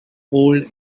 old